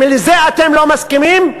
אם לזה אתם לא מסכימים,